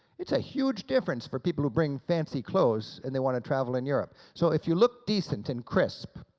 it's a huge difference for people who bring fancy clothes and they want to travel in europe. so if you look decent and crisp